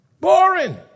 Boring